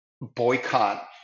boycott